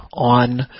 on